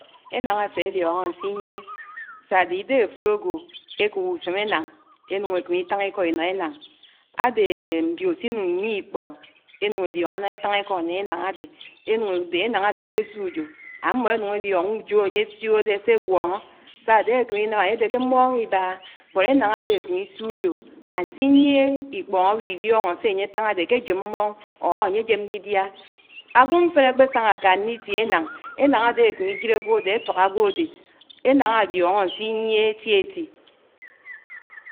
Enáñ áséríóñó nsíyíé sádé ídéhé áfud ágwo ékòb usém énáñ énuñ íkémé ítáñ íkó ínó énáñ, ádééé mbíò sínuñ íyíé íkpóñ énuñ éríóñó náhâ étáñ íkó nné énáñ ádé, énuñ édé énáñ ádé ákpésiò ujò ámmó énuñ élióñ ujò áyésiohòdé ségwóñó, sádé ákéminám ányédé ké mmóñ íbáhá, bót énáñ ádé ákém'ísíò ujò ánsiyíé ikpóñ áwílíóñó sé ányé táñ ádé k'ájém mmóñ or ányéjém nídíá. Ágwo mfén ákpésáñá áká nn'ítié énáñ, énáñ ádé ákémí jiré ágwodé átwák ágwodé. Enáñ ádíóñó ánsiyíé étiéti